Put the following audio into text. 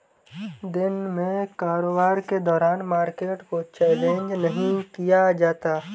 दिन में कारोबार के दौरान मार्केट को चैलेंज नहीं किया जाता